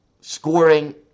scoring